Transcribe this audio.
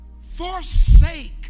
Forsake